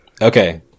Okay